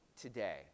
today